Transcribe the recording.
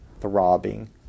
throbbing